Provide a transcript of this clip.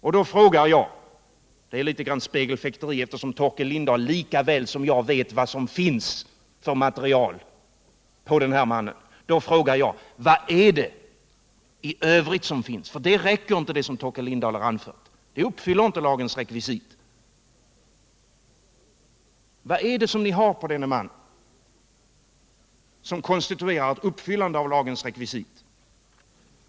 Och då frågar jag — det är litet grand spegelfäkteri, eftersom Torkel Lindahl lika väl som jag vet vad det finns för material i fråga om den här mannen: Vad är det i övrigt som finns? Det som Torkel Lindahl anfört räcker som sagt inte — det uppfyller inte lagens rekvisit. Vad är det för material ni har i fråga om denne man som konstituerar ett uppfyllande av lagens rekvisit?